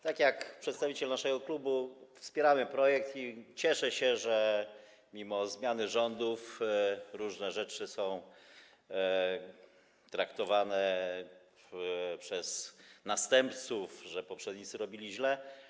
Tak jak przedstawiciel naszego klubu, wspierałem projekt i cieszę się, że mimo zmiany rządów różne rzeczy są traktowane przez następców tak, że poprzednicy robili źle.